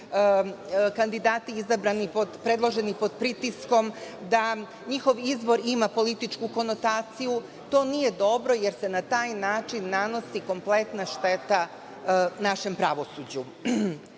kandidati predloženi pod pritiskom, da njihov izvor ima političku konotaciju. To nije dobro, jer se na taj način nanosi kompletna šteta našem pravosuđu. Naravno,